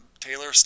Taylor